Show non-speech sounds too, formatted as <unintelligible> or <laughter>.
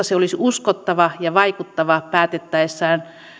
<unintelligible> se olisi uskottava ja vaikuttava päätettäessä